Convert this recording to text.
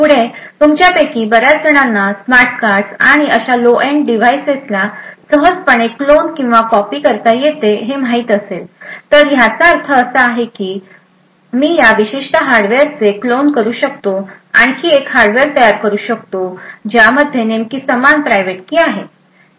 पुढे तुमच्यापैकी बर्याचजणांना स्मार्ट कार्ड्स आणि इतर अशा लो एंड डिव्हाइसेसना सहजपणे क्लोन किंवा कॉपी करता येते हे माहित असेल तर याचा अर्थ असा आहे की मी या विशिष्ट हार्डवेअरचे क्लोन करू शकतो आणखी एक हार्डवेअर तयार करू शकतो ज्यामध्ये नेमकी समान प्रायव्हेट की आहे